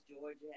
Georgia